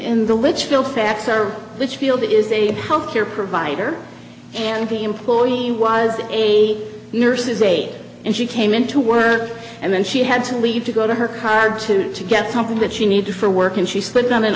in the litchfield facts are this field is a health care provider and the employee was a nurse's aide and she came into work and then she had to leave to go to her car to to get something that she needed for work and she s